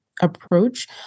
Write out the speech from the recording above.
approach